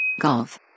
Golf